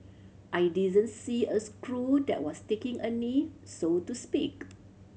I didn't see a crew that was taking a knee so to speak